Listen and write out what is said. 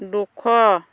দুশ